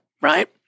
right